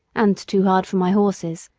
and too hard for my horses.